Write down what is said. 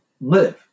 live